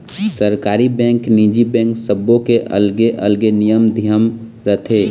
सरकारी बेंक, निजी बेंक सबो के अलगे अलगे नियम धियम रथे